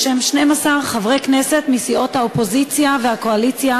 בשם 12 חברי כנסת מסיעות האופוזיציה והקואליציה,